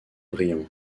brillant